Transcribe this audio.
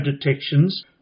detections